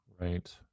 Right